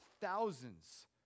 Thousands